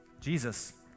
Jesus